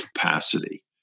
capacity